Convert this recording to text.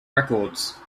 records